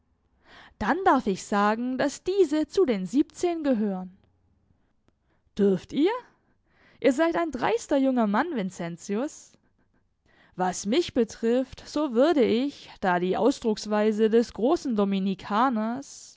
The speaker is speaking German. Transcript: dann darf ich sagen daß diese zu den siebzehn gehören dürft ihr ihr seid ein dreister junger mann vincentius was mich betrifft so würde ich da die ausdrucksweise des großen dominikaners